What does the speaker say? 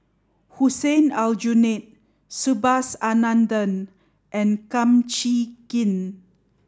Hussein Aljunied Subhas Anandan and Kum Chee Kin